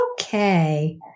Okay